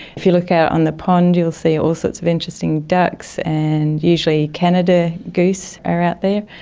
if you look out on the pond you'll see all sorts of interesting ducks and usually canada geese are out there,